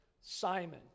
Simon